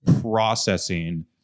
processing